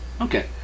Okay